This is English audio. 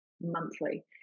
monthly